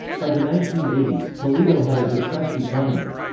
by the nineteen eighty s, toledo had a depressed economy.